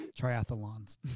triathlons